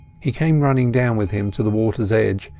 he came running down with him to the water's edge,